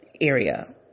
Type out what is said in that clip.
area